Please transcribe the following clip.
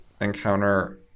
encounter